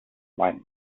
blind